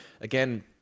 again